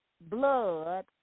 blood